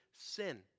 sin